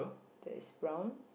that is brown